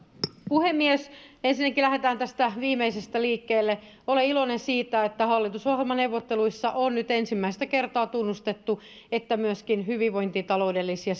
puhemies ensinnäkin lähdetään tästä viimeisestä liikkeelle olen iloinen siitä että hallitusohjelmaneuvotteluissa on nyt ensimmäistä kertaa tunnustettu että myöskin hyvinvointitaloudellisia